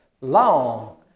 long